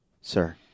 sir